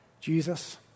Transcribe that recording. Jesus